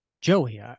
Joey